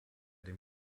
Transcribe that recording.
dem